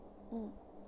mm